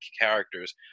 characters